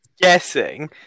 guessing